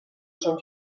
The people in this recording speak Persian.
چون